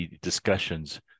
discussions